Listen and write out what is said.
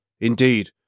Indeed